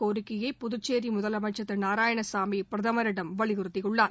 கோரிக்கையை புதச்சேரி முதலமைச்சர் திரு நாராயணசாமி பிரதமரிடம் இதே வலியுறுத்தியுள்ளார்